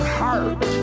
heart